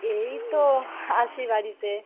এই তো আছি বাড়িতে